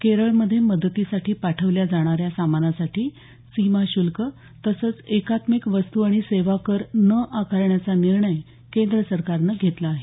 केरळमध्ये मदतीसाठी पाठवल्या जाणाऱ्या सामानासाठी सीमा शुल्क तसंच एकात्मिक वस्तू आणि सेवा कर न आकारण्याचा निर्णय केंद्र सरकारनं घेतला आहे